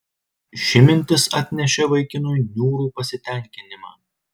ši mintis atnešė vaikinui niūrų pasitenkinimą